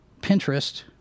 Pinterest